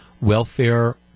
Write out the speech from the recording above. welfare